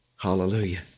hallelujah